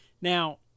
Now